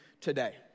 today